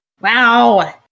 Wow